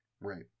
Right